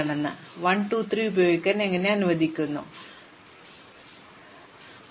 ഇപ്പോൾ ഞാൻ 1 2 3 ഉപയോഗിക്കാൻ എന്നെ അനുവദിക്കുന്നു അതിനാൽ ഞാൻ ഗോ ത്രോ 3 ലെ കാര്യങ്ങൾക്കായി നോക്കും